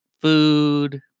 food